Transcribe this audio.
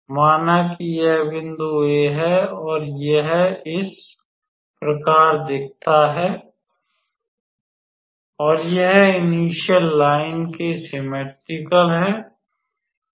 माना कि यह बिंदु A है और यह इस प्रकार दिखता है और यह इनिश्यल लाइन के सिममेट्रिकल है